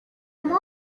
món